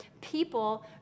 people